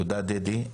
תודה דדי.